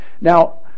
Now